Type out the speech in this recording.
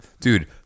Dude